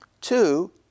Two